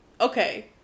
Okay